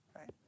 right